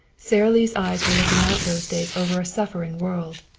sara lee's eyes were looking out, those days, over a suffering world.